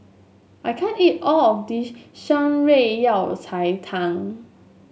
I can't eat all of this Shan Rui Yao Cai Tang